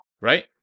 Right